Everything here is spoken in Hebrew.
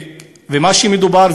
ומה שמדובר,